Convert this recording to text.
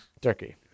Turkey